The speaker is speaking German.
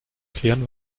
erklären